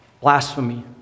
Blasphemy